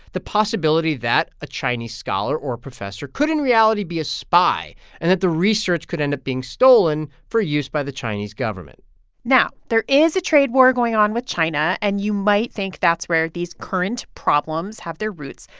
the possibility that a chinese scholar or professor could, in reality, be a spy and that the research could end up being stolen for use by the chinese government now, there is a trade war going on with china, and you might think that's where these current problems have their roots.